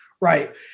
right